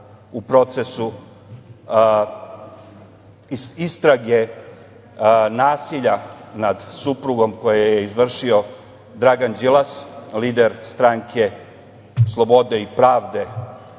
u procesu istrage nasilja nad suprugom koje je izvršio Dragan Đilas, lider Stranke slobode i pravde,